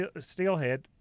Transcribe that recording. steelhead